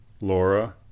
laura